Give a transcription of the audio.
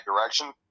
direction